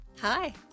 Hi